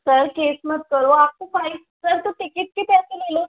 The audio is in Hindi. सर केस मत करो आपको फाइन सर तो टिकट के पैसे ले लो सर